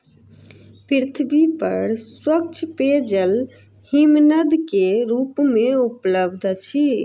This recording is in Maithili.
पृथ्वी पर स्वच्छ पेयजल हिमनद के रूप में उपलब्ध अछि